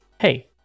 hey